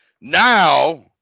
now